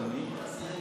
אדוני,